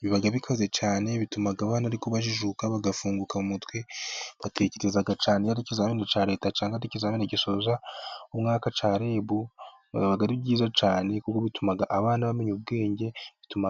biba bikaze cyane bituma abana ariko bajijuka bagafunguka mu mutwe bagatekereza cyane iyo ari ikizamini cya Leta cyangwa ikizamanini gisoza umwaka cya RIB. Biba ari byiza cyane kuko bituma abana bamenya ubwenge bituma.